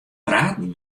praten